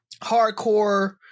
hardcore